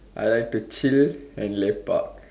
I like to chill and lepak